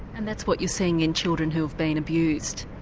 and that's what you're seeing in children who have been abused?